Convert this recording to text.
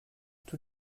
tous